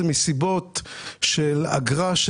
זה יהיה מסיבות של אגרה.